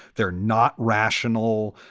they're not rational.